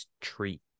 treat